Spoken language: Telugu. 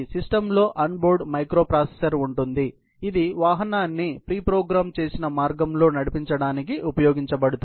సిస్టమ్లో ఆన్బోర్డ్ మైక్రోప్రాసెసర్ ఉంటుంది ఇది వాహనాన్ని ప్రిప్రోగ్రామ్ చేసిన మార్గంలో నడిపించడానికి ఉపయోగించబడుతుంది